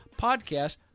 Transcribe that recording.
podcast